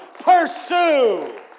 pursue